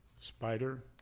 spider